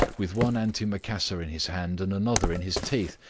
with one antimacassar in his hand and another in his teeth,